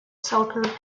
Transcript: selkirk